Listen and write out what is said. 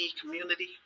community